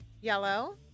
yellow